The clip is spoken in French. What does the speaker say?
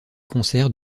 concert